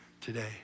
today